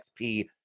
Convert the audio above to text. XP